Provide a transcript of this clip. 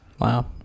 Wow